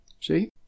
See